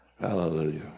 Hallelujah